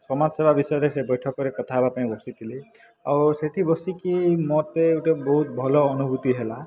ସମାଜ ସେବା ବିଷୟରେ ସେ ବୈଠକରେ କଥା ହେବା ପାଇଁ ବସିଥିଲି ଆଉ ସେଠି ବସିକି ମୋତେ ଗୋଟେ ବହୁତ ଭଲ ଅନୁଭୂତି ହେଲା